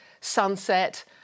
sunset